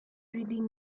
reading